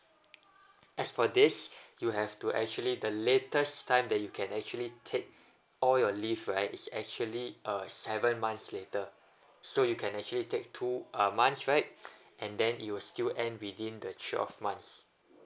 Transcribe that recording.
as for this you have to actually the latest time that you can actually take all your leave right is actually uh seven months later so you can actually take two uh months right and then you will still end within the twelve months